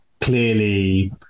clearly